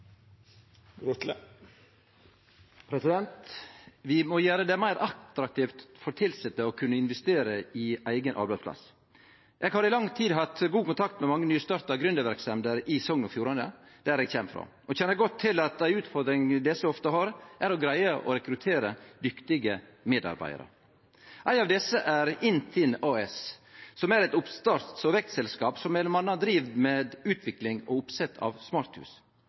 Vi må gjere det meir attraktivt for tilsette å kunne investere i eigen arbeidsplass. Eg har i lang tid hatt god kontakt med mange nystarta gründerverksemder i Sogn og Fjordane, der eg kjem frå, og kjenner godt til at ei utfordring desse ofte har, er å greie å rekruttere dyktige medarbeidarar. Ei av desse er INTIN AS, som er eit oppstarts- og vekstselskap som m.a. driv med utvikling og oppsett av smarthus.